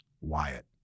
Wyatt